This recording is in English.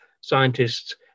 scientists